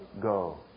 go